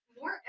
more